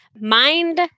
mind